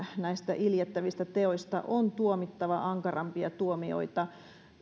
näistä iljettävistä teoista on tuomittava ankarampia tuomioita